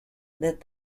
that